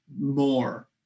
more